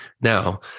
now